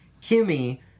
Kimmy